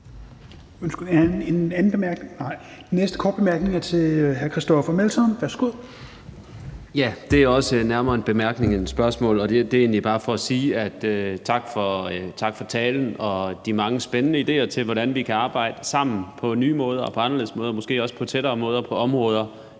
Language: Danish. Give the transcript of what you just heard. Melson. Værsgo. Kl. 16:36 Christoffer Aagaard Melson (V): Det er også nærmere en bemærkning end et spørgsmål, og det er egentlig bare for at sige tak for talen og de mange spændende idéer til, hvordan vi kan arbejde sammen på nye måder og på anderledes måder, måske også på tættere måder og på områder